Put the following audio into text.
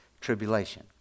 tribulation